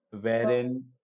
wherein